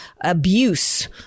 abuse